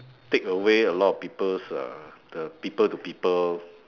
take away a lot of people's uh the people to people